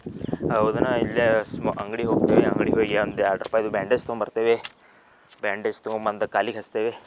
ಹೌದನ ಇಲ್ಲೇ ಅಂಗ್ಡಿಗೆ ಹೋಗ್ತೇವೆ ಅಂಗ್ಡಿಗೆ ಹೋಗಿ ಒಂದು ಎರಡು ರೂಪಾಯ್ದು ಬ್ಯಾಂಡೇಜ್ ತಗೊಂಬರ್ತೇವೆ ಬ್ಯಾಂಡೇಜ್ ತೊಗೊಂಬಂದು ಕಾಲಿಗೆ ಹಚ್ತೇವೆ